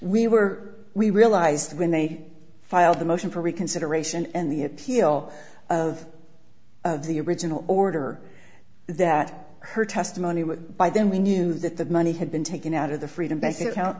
we were we realized when they filed the motion for reconsideration and the appeal of of the original order that her testimony with by then we knew that the money had been taken out of the freedom best account